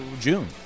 June